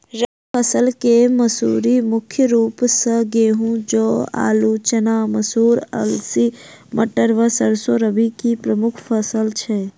रबी फसल केँ मसूरी मुख्य रूप सँ गेंहूँ, जौ, आलु,, चना, मसूर, अलसी, मटर व सैरसो रबी की प्रमुख फसल छै